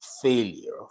failure